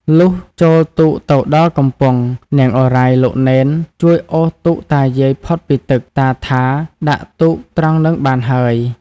លុះចូលទូកទៅដល់កំពង់ នាងឱរ៉ៃ លោកនេន ជួយអូសទូកតាយាយផុតពីទឹក ។ តាថា ដាក់ទូកត្រង់ហ្នឹងបានហើយ" ។